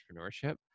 entrepreneurship